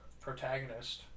protagonist